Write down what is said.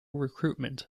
recruitment